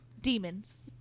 Demons